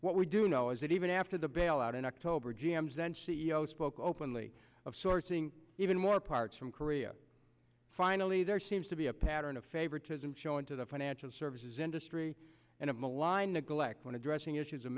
what we do know is that even after the bailout in october g m zen cio spoke openly of sourcing even more parts from korea finally there seems to be a pattern of favoritism shown to the financial services industry and a maligned neglect when addressing issues of